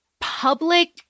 public